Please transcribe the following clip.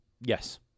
Yes